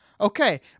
Okay